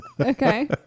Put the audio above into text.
Okay